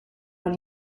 when